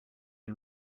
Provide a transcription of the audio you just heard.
and